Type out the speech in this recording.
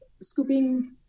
scooping